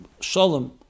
Shalom